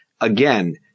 Again